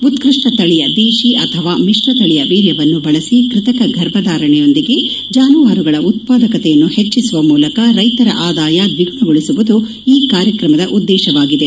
ಉತ್ಕೃಷ್ಣ ತಳಿಯ ದೇಶಿ ಅಥವಾ ಮಿಶ್ರ ತಳಿಯ ವೀರ್ಯವನ್ನು ಬಳಸಿ ಕೃತಕ ಗರ್ಭಧಾರಣೆಯೊಂದಿಗೆ ಜಾನುವಾರುಗಳ ಉತ್ಪಾದಕತೆಯನ್ನು ಹೆಚ್ಚಿಸುವ ಮೂಲಕ ರೈತರ ಆದಾಯ ದ್ವಿಗುಣಗೊಳಿಸುವುದು ಈ ಕಾರ್ಯಕ್ರಮದ ಉದ್ದೇಶವಾಗಿದೆ